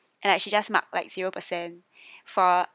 and like she just mark like zero percent for